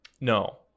No